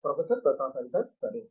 professor Pratap Haridas సరే